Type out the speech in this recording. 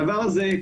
הדבר הזה,